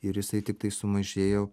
ir jisai tiktai sumažėjo